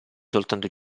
soltanto